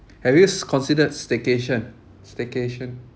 have you s~ considered staycation staycation